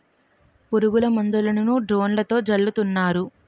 పురుగుల మందులను డ్రోన్లతో జల్లుతున్నారు